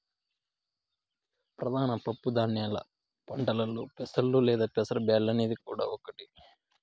ప్రధాన పప్పు ధాన్యాల పంటలలో పెసలు లేదా పెసర బ్యాల్లు అనేది కూడా ఒకటి